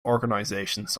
organizations